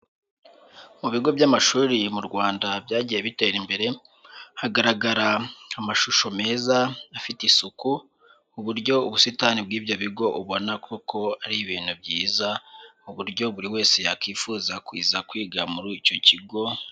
Mu bigo by'amashuri mu Rwanda byagiye bitera imbere, hagaragara amashusho meza afite isuku, mu buryo ubusitani bw'ibyo bigo ubona koko ari ibintu byiza, kuburyo buri wese yakwifuza kwiga muri icyo kigo.